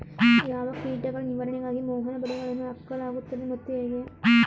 ಯಾವ ಕೀಟಗಳ ನಿವಾರಣೆಗಾಗಿ ಮೋಹನ ಬಲೆಗಳನ್ನು ಹಾಕಲಾಗುತ್ತದೆ ಮತ್ತು ಹೇಗೆ?